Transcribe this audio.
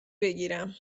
بگیرم